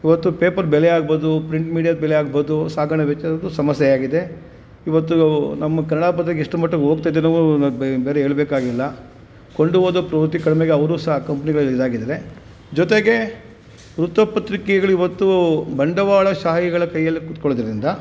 ಇವತ್ತು ಪೇಪರ್ ಬೆಲೆ ಆಗ್ಬೋದು ಪ್ರಿಂಟ್ ಮೀಡಿಯಾದ ಬೆಲೆ ಆಗ್ಬೋದು ಸಾಗಣೆ ವೆಚ್ಚದ್ದೂ ಸಮಸ್ಯೆ ಆಗಿದೆ ಇವತ್ತು ನಮ್ಮ ಕನ್ನಡ ಪತ್ರಿಕೆ ಎಷ್ಟರ ಮಟ್ಟಕ್ಕೆ ಹೋಗ್ತಿದ್ದವೋ ನಾವು ಬೇರೆ ಬೇರೆ ಹೇಳ್ಬೇಕಾಗಿಲ್ಲ ಕೊಂಡು ಹೋದ ಕಡಿಮೆಗೆ ಅವರು ಸಹ ಕಂಪ್ನಿಗಳಲ್ಲಿ ಇದಾಗಿದ್ದಾರೆ ಜೊತೆಗೆ ವೃತ್ತಪತ್ರಿಕೆಗ್ಳು ಇವತ್ತು ಬಂಡವಾಳ ಶಾಹಿಗಳ ಕೈಯಲ್ಲಿ ಕುತ್ಕೊಳ್ಳೋದ್ರಿಂದ